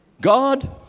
God